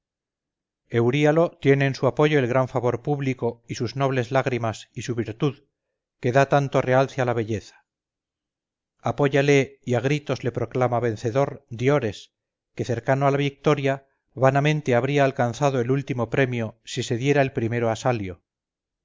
tiene en su apoyo el favor público y sus nobles lágrimas y su virtud que da tanto realce a la belleza apóyale y a gritos le proclama vencedor diores que cercano a la victoria vanamente habría alcanzado el último premio si se diera el primero a salio